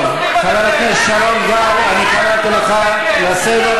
טוב, חבר הכנסת שרון גל, אני קראתי אותך לסדר.